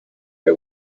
per